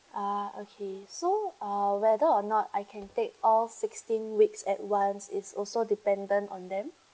ah okay so uh whether or not I can take all sixteen weeks at once is also dependent on them